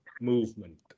movement